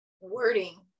wording